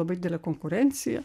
labai didelė konkurencija